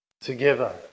together